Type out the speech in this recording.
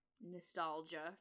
nostalgia